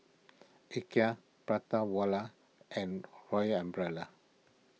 Ikea Prata Wala and Royal Umbrella